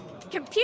Computer